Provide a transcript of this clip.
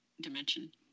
dimension